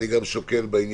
אני גם בנושא הזה שוקל להקים